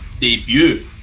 debut